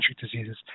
diseases